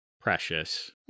precious